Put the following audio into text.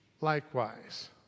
likewise